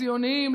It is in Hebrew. ציונים,